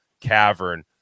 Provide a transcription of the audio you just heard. cavern